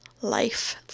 life